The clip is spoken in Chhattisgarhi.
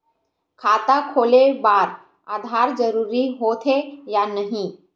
खाता खोले बार आधार जरूरी हो थे या नहीं?